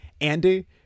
Andy